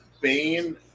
Bane